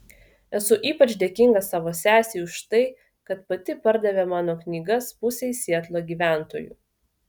esu ypač dėkinga savo sesei už tai kad pati pardavė mano knygas pusei sietlo gyventojų